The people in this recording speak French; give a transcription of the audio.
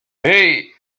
hey